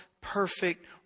perfect